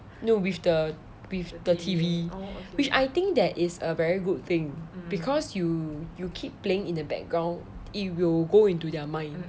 no with the with the T_V which I think that is a very good thing because you you keep playing in the background it will go into their mind